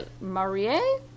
Marie